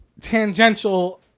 tangential